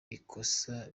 ikosa